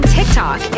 TikTok